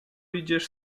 idziesz